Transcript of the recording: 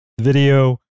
video